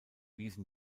wiesen